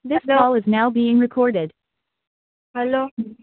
this call is now being recorded hello